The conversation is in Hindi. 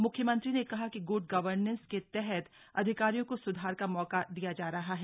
म्ख्यमंत्री ने कहा कि ग्ड गवर्नेंस के तहत अधिकारियों को सुधार का मौका दिया जा रहा है